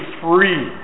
free